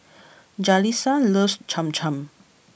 Jalissa loves Cham Cham